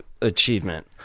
achievement